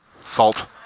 Salt